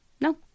No